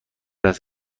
است